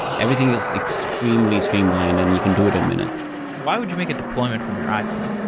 everything is extremely streamlined and you can do it in minutes why would you make a deployment from your iphone?